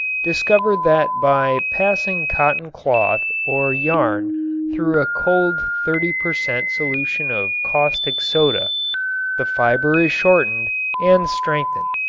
discovered that by passing cotton cloth or yarn through a cold thirty per cent. solution of caustic soda the fiber is shortened and strengthened.